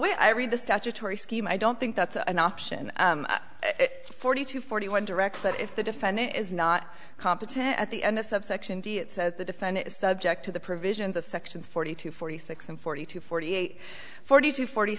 way i read the statutory scheme i don't think that's an option forty two forty one direct but if the defendant is not competent at the end of subsection d it says the defendant is subject to the provisions of sections forty two forty six and forty two forty eight forty two forty